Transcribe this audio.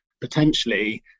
potentially